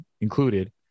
included